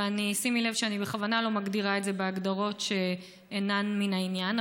ושימי לב שאני בכוונה לא מגדירה את זה בהגדרות שאינן מן העניין,